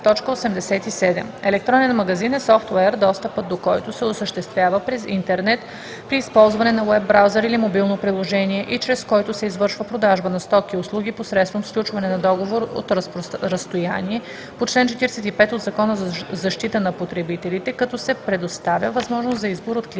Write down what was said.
„Електронен магазин“ е софтуер, достъпът до който се осъществява през интернет при използване на уеб-браузер или мобилно приложение, и чрез който се извършва продажба на стоки/услуги посредством сключване на договор от разстояние по чл. 45 от Закона за защита на потребителите, като се предоставя възможност за избор от клиента